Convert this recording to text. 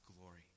glory